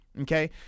Okay